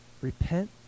Repent